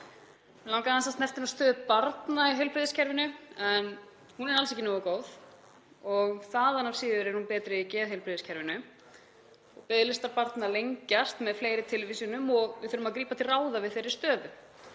Mig langaði aðeins að snerta á stöðu barna í heilbrigðiskerfinu en hún er alls ekki nógu góð og þaðan af síður er hún betri í geðheilbrigðiskerfinu og biðlistar barna lengjast með fleiri tilvísunum. Við þurfum að grípa til ráða vegna þeirrar stöðu